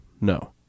no